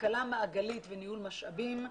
כלכלה מעגלית וניהול משאבים,